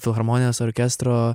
filharmonijos orkestro